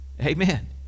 Amen